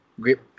grip